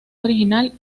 original